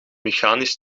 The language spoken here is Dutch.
mechanisch